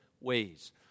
ways